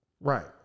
right